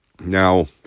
Now